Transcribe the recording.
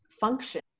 function